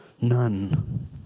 None